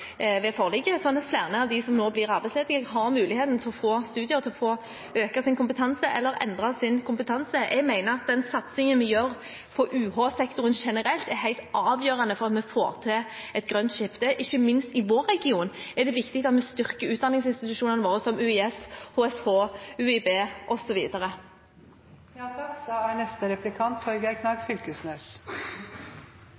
ved forliket, slik at flere av dem som nå blir arbeidsledige, har muligheten til å få studere, til å få øke sin kompetanse, eller endre sin kompetanse. Jeg mener at den satsingen vi gjør på UH-sektoren generelt, er helt avgjørende for at vi får til et grønt skifte. Ikke minst i vår region er det viktig at vi styrker utdanningsinstitusjonene våre, som UiS, HSH, UiB